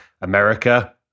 america